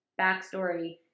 Backstory